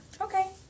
Okay